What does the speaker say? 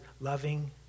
loving